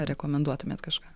rekomenduotumėt kažką